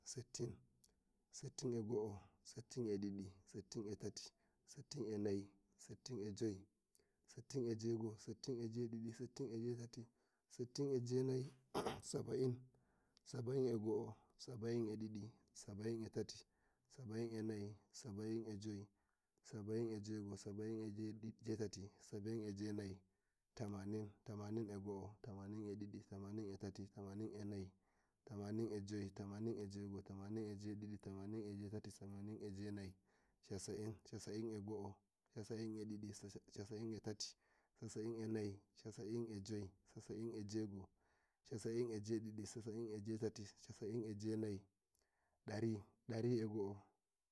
Settin, settin e go'o, settin e didi, settin e tati, settin e nayi, settin e joy, settin e jewe go'o. settin e jewe didi, settin e jewe tati, settin e jewe nayi, saba'in, saba'in e go'o, saba'in e didi, saba'in e tati, saba'in e nayi, saba'in e joy, saba'in e jewe go'o, saba'in e jewe didi, saba'in e jewe tati, saba'in e jewe nayi, tamanin, tamanin e go'o, tamanin e didi, tamanin e tati, tamanin e nayi, tamanin e joy, tamanin e jewe go'o, tamanin e jewe didi, tamanin e jewe tati, tamanin e jewe nayi, casa'in, casa'in e go'o, casa'in e didi, casa'in e tati, casa'in e nayi, casa'in e joy, casa'in e jewe go'o, casa'in e jewe didi, casa'in e jewe tati, casa'in e jewe nayi, dari, dari e go'o